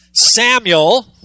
Samuel